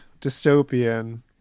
dystopian